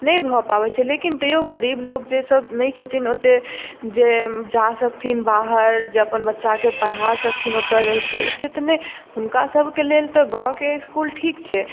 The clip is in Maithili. नहि भऽ पाबय छै लेकिन तैयौ गरीब लोक जे सब नहि छथिन ओत्ते जे जा सकथिन बाहर जे अपन बच्चाके पढ़ा सकथिन ओतो रहिके ओत्ते तऽ नहि हुनका सबके लेल तऽ गाँवके इसकुल ठीक छै